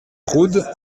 rhôde